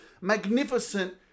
magnificent